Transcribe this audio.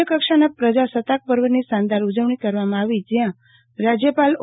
રાજયકક્ષાના પ્રજાસત્તાક પર્વની શાનદાર ઉજવણી કરવામાં આવી જયાં રાજયપાલ ઓ